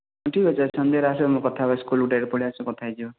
ଠିକ୍ ଅଛି ଆଜି ସନ୍ଧ୍ୟାରେ ଆସ ଆମେ କଥା ହେବା ସ୍କୁଲକୁ ଡାଇରେକ୍ଟ୍ ପଳାଇଆସ କଥା ହେଇଯିବା